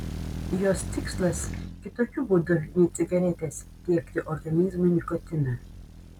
jos tikslas kitokiu būdu nei cigaretės tiekti organizmui nikotiną